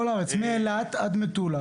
170 ניידות מאילת עד מטולה.